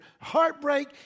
heartbreak